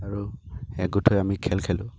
আৰু একগোট হৈ আমি খেল খেলোঁ